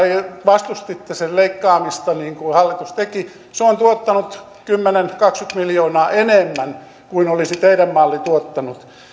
vastustitte sen leikkaamista niin kuin hallitus teki se on tuottanut kymmenen viiva kaksikymmentä miljoonaa enemmän kuin olisi teidän mallinne tuottanut